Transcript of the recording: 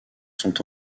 sont